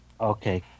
Okay